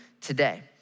today